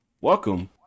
welcome